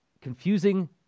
confusing